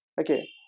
okay